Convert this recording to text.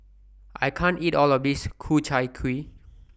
I can't eat All of This Ku Chai Kuih